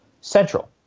central